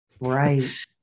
Right